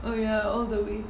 oh ya all the way